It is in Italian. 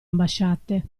ambasciate